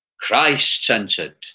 christ-centered